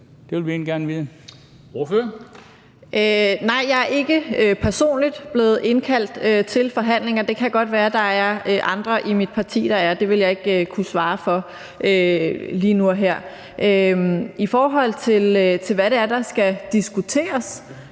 Det vil vi egentlig gerne vide.